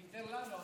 ויתר לנו.